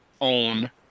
own